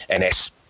NS